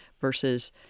versus